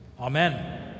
Amen